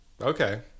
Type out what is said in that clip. Okay